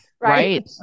right